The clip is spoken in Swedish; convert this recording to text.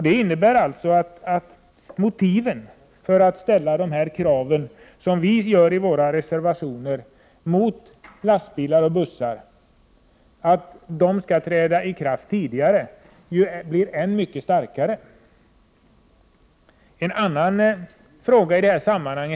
Det innebär att motiven för en tidigareläggning beträffande de krav som vi ställer i våra reservationer när det gäller lastbilar och bussar blir så mycket starkare. Så till en annan fråga i detta sammanhang.